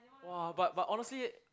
!wah! but but honestly